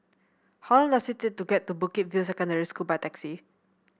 how long does it take to get to Bukit View Secondary School by taxi